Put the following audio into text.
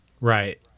Right